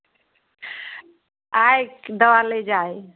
आ कर दवा ले जाईए